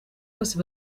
bose